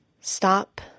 Stop